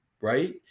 right